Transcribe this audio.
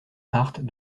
hart